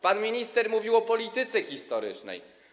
Pan minister mówił o polityce historycznej.